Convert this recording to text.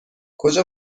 کجا